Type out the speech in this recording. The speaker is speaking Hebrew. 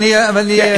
ואני,